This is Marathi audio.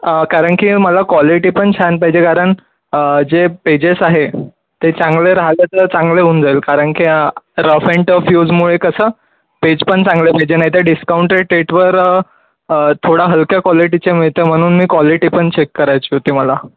कारण की मला क्वालिटीपण छान पाहिजे कारण जे पेजेस आहे ते चांगले राहता तर चांगले होऊन जाईल कारण की रफ अँड टफ युजमुळे कसं पेज पण चांगले पाहिजे नाहीतर डिस्काउंटेड रेटवर थोडा हलक्या क्वालिटीचे मिळते म्हणून मी क्वालिटीपण चेक करायची होती मला